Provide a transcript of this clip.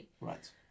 Right